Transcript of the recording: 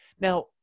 now